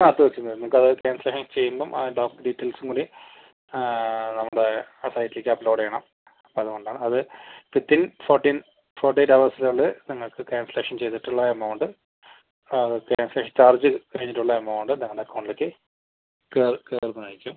ആ തീർച്ചയായും വരും നമുക്ക് അതായത് ക്യാൻസലേഷൻ ചെയ്യുമ്പം ആ ബാക്കി ഡീറ്റെയിൽസും കൂടി നമ്മളെ ആ സൈറ്റിലേക്ക് അപ്ലോഡ് ചെയ്യണം അപ്പം അതുകൊണ്ടാണ് അത് within fourteen forty eight hours കൊണ്ട് നിങ്ങൾക്ക് ക്യാൻസലേഷൻ ചെയ്തിട്ടുള്ള എമൗണ്ട് ക്യാൻസലേഷൻ ചാർജ് കഴിഞ്ഞിട്ടുള്ള എമൗണ്ട് താങ്കളുടെ അക്കൗണ്ടിലേക്ക് കേ കയറുന്നതായിരിക്കും